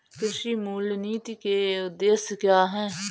कृषि मूल्य नीति के उद्देश्य क्या है?